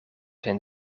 zijn